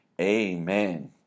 amen